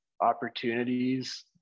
opportunities